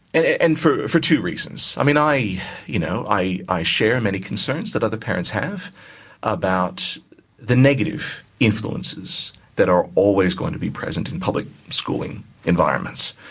and and for for two reasons. i mean, i you know i share many concerns that other parents have about the negative influences that are always going to be present in public schooling environments.